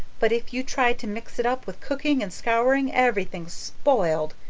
but if you try to mix it up with cooking and scouring everything's spoiled.